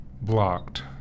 blocked